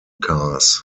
cars